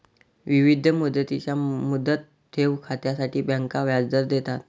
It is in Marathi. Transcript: विविध मुदतींच्या मुदत ठेव खात्यांसाठी बँका व्याजदर देतात